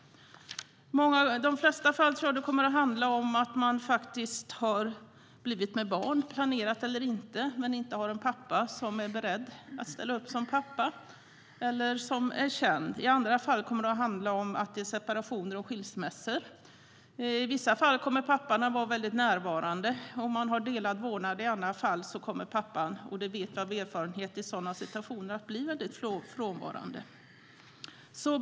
I de flesta fall tror jag att det kommer att handla om att man har blivit med barn, planerat eller inte, men att pappan till barnet inte är beredd att ställa upp som pappa eller inte är känd. I andra fall kommer det att handla om separationer och skilsmässor där papporna i vissa fall, och om man har delad vårdnad, kommer att vara väldigt närvarande. I andra fall kommer pappan, och det vet vi av erfarenhet, att bli väldigt frånvarande.